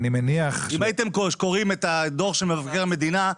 אם הייתם קוראים את הדוח של מבקר המדינה,